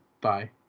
Bye